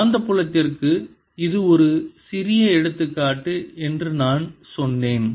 காந்தப்புலத்திற்கு இது ஒரு சிறந்த எடுத்துக்காட்டு என்று நான் சொன்னேன்